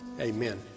Amen